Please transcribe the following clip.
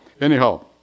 anyhow